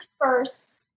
first